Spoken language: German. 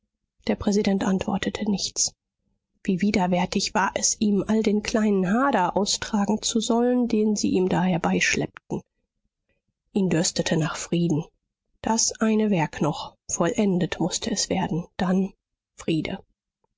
der präsident antwortete nichts wie widerwärtig war es ihm all den kleinen hader austragen zu sollen den sie ihm da herbeischleppten ihn dürstete nach frieden das eine werk noch vollendet mußte es werden dann friede